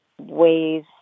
ways